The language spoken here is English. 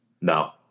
no